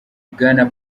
bwana